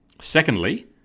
secondly